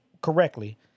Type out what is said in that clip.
correctly